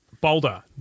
Boulder